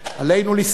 עלינו לזכור